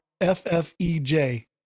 F-F-E-J